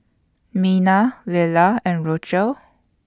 Mina Lela and Rochelle